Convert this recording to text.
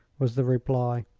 was the reply.